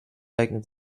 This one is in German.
eignet